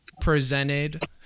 presented